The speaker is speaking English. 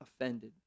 offended